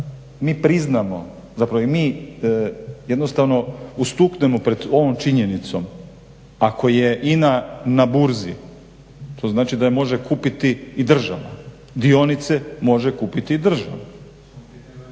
priznamo zapravo i mi jednostavno ustuknemo pred ovom činjenicom ako je INA na Burzi to znači da je može kupiti i država. Dionice može kupiti i država.